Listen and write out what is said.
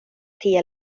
tie